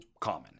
common